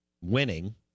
winning